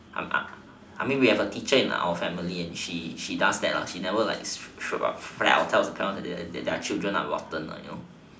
I I mean we have a teacher in our family and she she does that lah she never throw a flare or kind of that her children are rotten you know